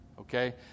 okay